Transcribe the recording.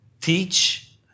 teach